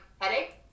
headache